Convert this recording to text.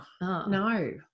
no